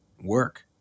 work